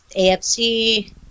AFC